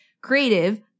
creative